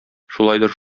шулайдыр